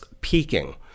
peaking